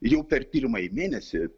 jau per pirmąjį mėnesį